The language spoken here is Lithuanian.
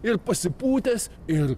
ir pasipūtęs ir